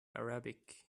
arabic